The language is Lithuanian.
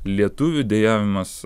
lietuvių dejavimas